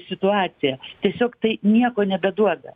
situacija tiesiog tai nieko nebeduoda